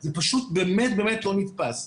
זה פשוט באמת באמת לא נתפס.